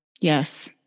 Yes